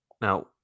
Now